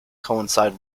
coincide